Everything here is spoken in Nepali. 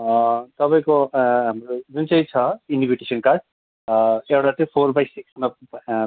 तपाईँको हाम्रो जुन चाहिँ छ इन्भिटेसन कार्ड एउटा चाहिँ फोर बाइ सिक्समा